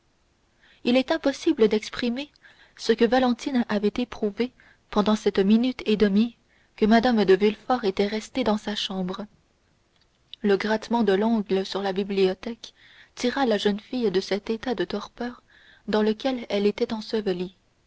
il est impossible d'exprimer ce que valentine avait éprouvé pendant cette minute et demie que mme de villefort était restée dans sa chambre le grattement de l'ongle sur la bibliothèque tira la jeune fille de cet état de torpeur dans lequel elle était ensevelie